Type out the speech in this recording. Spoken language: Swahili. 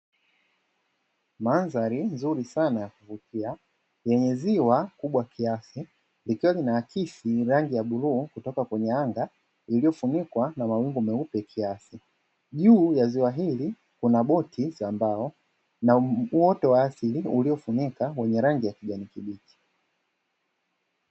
Mandhari nzuri sana ya kuvutia yenye ziwa kubwa kiasi, ikiwa linaakisi rangi ya bluu kutoka kwenye anga iliyofunikwa na mawingu meupe kiasi. Juu ya ziwa hili kuna boti za mbao na uoto wa asili uliofunika wenye rangi ya kijani kibichi.